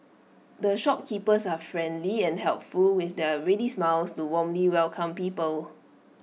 the shopkeepers are friendly and helpful with their ready smiles to warmly welcome people